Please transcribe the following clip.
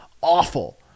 awful